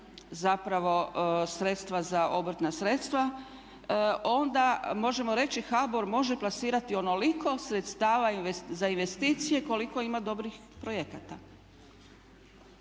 zapravo sredstva za obrtna sredstva, onda možemo reći HBOR može plasirati onoliko sredstava za investicije koliko ima dobrih projekata.